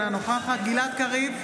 אינה נוכחת גלעד קריב,